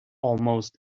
almost